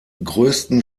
größten